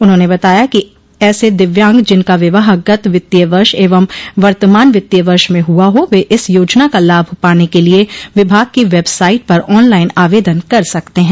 उन्होंने बताया है कि ऐस दिव्यांग जिनका विवाह गत वित्तीय वर्ष एवं वर्तमान वित्तीय वर्ष में हुआ हो वे इस योजना का लाभ पाने के लिये विभाग की वेबसाइट पर ऑनलाइन आवेदन कर सकते हैं